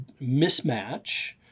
mismatch